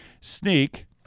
sneak